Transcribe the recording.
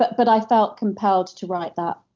but but i felt compelled to write that.